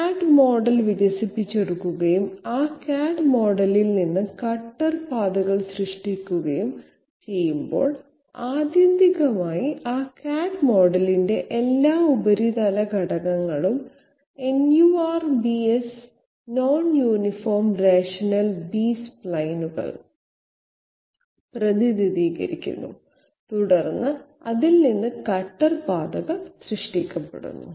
CAD model വികസിപ്പിച്ചെടുക്കുകയും ആ CAD മോഡലിൽ നിന്ന് കട്ടർ പാതകൾ സൃഷ്ടിക്കുകയും ചെയ്യുമ്പോൾ ആത്യന്തികമായി ആ CAD മോഡലിന്റെ എല്ലാ ഉപരിതല ഘടകങ്ങളും NURBS non uniform rational B സ്പ്ലൈനുകൾ പ്രതിനിധീകരിക്കുന്നു തുടർന്ന് അതിൽ നിന്ന് കട്ടർ പാതകൾ സൃഷ്ടിക്കപ്പെടുന്നു